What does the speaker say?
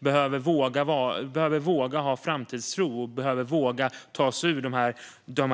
behöver våga ha framtidstro och ta oss ur dysterheten.